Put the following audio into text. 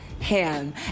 ham